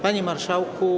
Panie Marszałku!